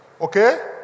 Okay